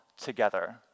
together